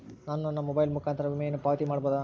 ನಾನು ನನ್ನ ಮೊಬೈಲ್ ಮುಖಾಂತರ ವಿಮೆಯನ್ನು ಪಾವತಿ ಮಾಡಬಹುದಾ?